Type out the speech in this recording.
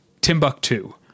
timbuktu